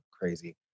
crazy